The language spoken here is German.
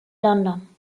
london